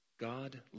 God